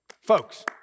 Folks